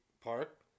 park